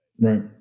Right